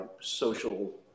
social